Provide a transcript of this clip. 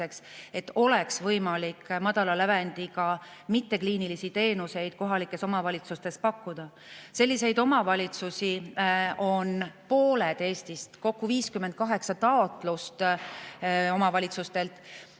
et oleks võimalik madala lävendiga mittekliinilisi teenuseid kohalikes omavalitsustes pakkuda. Selliseid omavalitsusi on Eestis pooled, kokku 58 taotlust omavalitsustelt.